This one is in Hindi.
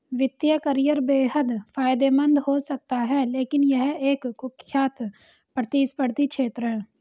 वित्तीय करियर बेहद फायदेमंद हो सकता है लेकिन यह एक कुख्यात प्रतिस्पर्धी क्षेत्र है